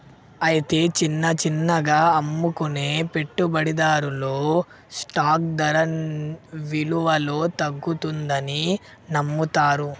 అయితే చిన్న చిన్నగా అమ్ముకునే పెట్టుబడిదారులు స్టాక్ ధర విలువలో తగ్గుతుందని నమ్ముతారు